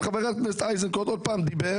אבל חבר הכנסת איזנקוט עוד פעם דיבר